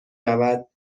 رود